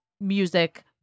music